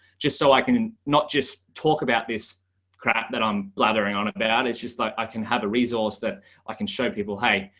just so i can not just talk about this crap that i'm blathering on about. it's just like, i can have a resource that i can show people, hey,